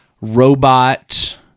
robot